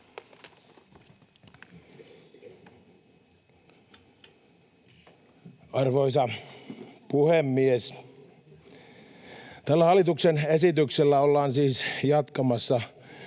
Arvoisa puhemies! Tällä hallituksen esityksellä ollaan siis jatkamassa